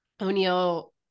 O'Neill